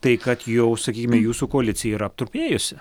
tai kad jau sakykime jūsų koalicija yra aptrupėjusi